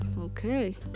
Okay